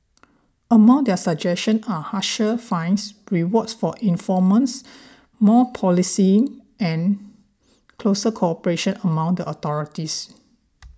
among their suggestions are harsher fines rewards for informants more policing and closer cooperation among the authorities